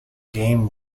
game